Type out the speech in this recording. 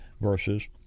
verses